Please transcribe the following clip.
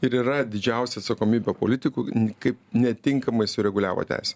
ir yra didžiausia atsakomybė politikų kaip netinkamai sureguliavo teisę